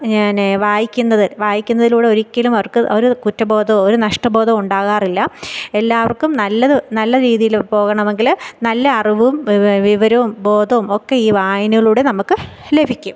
നേ വായിക്കുന്നത് വായിക്കുന്നതിലൂടെ ഒരിക്കലുമവര്ക്ക് അവർ കുറ്റ ബോധമോ ഒരു നഷ്ട ബോധമോ ഉണ്ടാകാറില്ല എല്ലാവര്ക്കും നല്ലത് നല്ല രീതിയിൽ പോകണമെങ്കിൽ നല്ല അറിവും വിവരവും ബോധവും ഒക്കെ ഈ വായനയിലൂടെ നമുക്ക് ലഭിക്കും